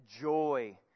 joy